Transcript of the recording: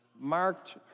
marked